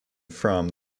from